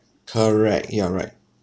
correct you are right